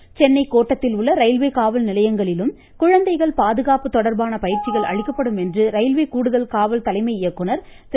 சைலேந்திர பாபு சென்னைக் கோட்டத்திலுள்ள ரயில்வே காவல் நிலையங்களிலும் குழந்தைகள் பாதுகாப்பு தொடர்பான பயிற்சிகள் அளிக்கப்படும் என்று ரயில்வே கூடுதல் காவல் தலைமை இயக்குநர் திரு